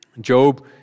Job